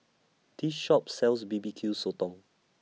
This Shop sells B B Q Sotong